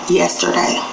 yesterday